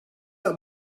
out